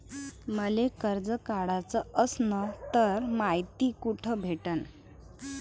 मले कर्ज काढाच असनं तर मायती कुठ भेटनं?